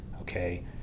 okay